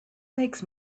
makes